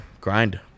grind